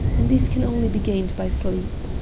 and these can only be gained by sleep.